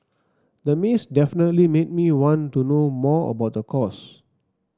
the maze definitely made me want to know more about the course